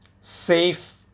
safe